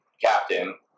captain